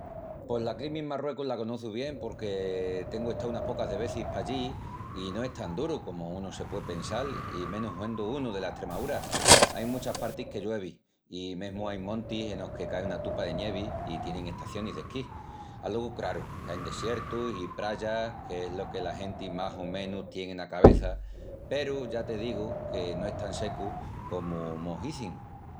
Pos la climi en Marruecus la conoçu bien porque tengu estau unas pocas de vezis pallí i no es tan duru comu unu se puei pensal i menus huendu unu dela Estremaúra. Ain muchas partis que lluevi i mesmu ain montis enos que cai una tupa de nievi i tienin estacionis d'esquí. Alogu craru que ain desiertus i prayas que es lo que la genti más o menus tien ena cabeça peru ya te digu que no es tan secu comu mos izin.